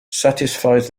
satisfies